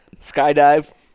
skydive